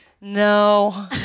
No